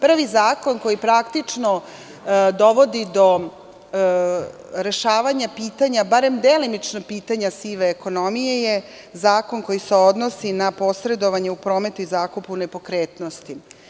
Prvi zakon koji praktično dovodi do rešavanja pitanja, barem delimično pitanja sive ekonomije je zakon koji se odnosi na posredovanje u prometu i zakupu nepokretnosti.